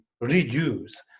reduce